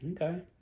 Okay